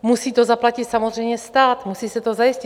Musí to zaplatit samozřejmě stát, musí se to zajistit.